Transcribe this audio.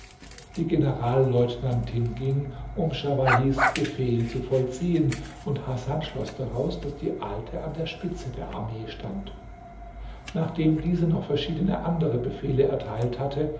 die generalleutnantin ging um schawahis befehl zu vollziehen und hasan schloß daraus daß die alte an der spitze der armee stand nachdem diese noch verschiedene andere befehle erteilt hatte